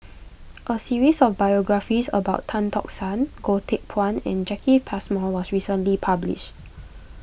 a series of biographies about Tan Tock San Goh Teck Phuan and Jacki Passmore was recently published